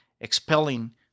expelling